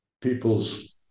people's